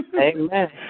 Amen